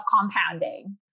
compounding